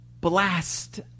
blast